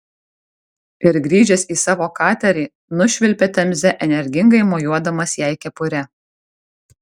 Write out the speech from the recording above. ir grįžęs į savo katerį nušvilpė temze energingai mojuodamas jai kepure